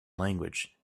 language